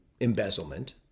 embezzlement